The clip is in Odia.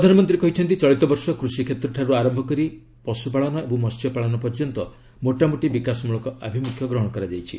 ପ୍ରଧାନମନ୍ତ୍ରୀ କହିଛନ୍ତି ଚଳିତବର୍ଷ କୃଷିକ୍ଷେତ୍ରଠାରୁ ଆରମ୍ଭ କରି ଓ ପଶ୍ରୁପାଳନ ଏବଂ ମହ୍ୟଚାଷ ପର୍ଯ୍ୟନ୍ତ ମୋଟାମୋଟି ବିକାଶମୂଳକ ଆଭିମୁଖ୍ୟ ଗ୍ରହଣ କରାଯାଇଛି